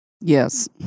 Yes